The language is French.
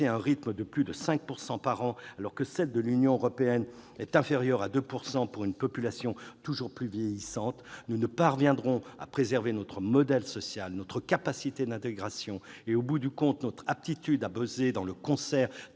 un rythme de plus de 5 % par an, alors que la croissance de celle de l'Union est inférieure à 2 % pour une population toujours plus vieillissante, nous ne parviendrons à préserver notre modèle social, notre capacité d'intégration et, au bout du compte, notre aptitude à peser dans le concert